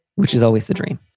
which is always the dream.